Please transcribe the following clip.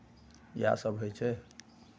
इएहसभ होइ छै